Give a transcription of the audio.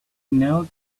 knelt